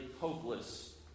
hopeless